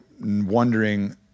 wondering